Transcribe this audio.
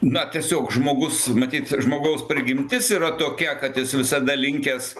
na tiesiog žmogus matyt žmogaus prigimtis yra tokia kad jis visada linkęs